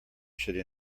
should